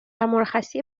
مرخصی